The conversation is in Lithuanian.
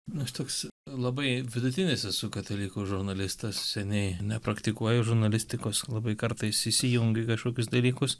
na aš toks labai vidutinis esu katalikų žurnalistas seniai nepraktikuoju žurnalistikos labai kartais įsijungiu kažkokius dalykus